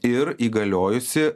ir įgaliojusi